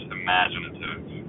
imaginative